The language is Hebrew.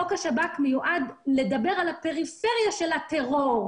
חוק השב"כ מיועד לדבר על הפריפריה של הטרור,